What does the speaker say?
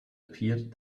appeared